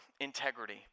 integrity